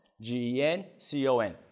G-E-N-C-O-N